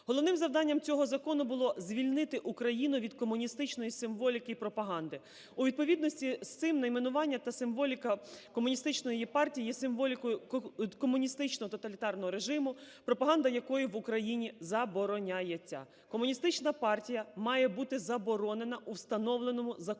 Головним завданням цього закону було звільнити Україну від комуністичної символіки і пропаганди. У відповідності з цим найменування та символіка Комуністичної партії є символікою комуністичного тоталітарного режиму, пропаганда якої в Україні забороняється. Комуністична партія має бути заборонена у встановленому законом